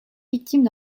victimes